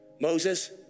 Moses